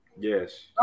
Yes